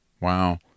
Wow